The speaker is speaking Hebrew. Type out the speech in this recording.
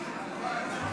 הלוואי.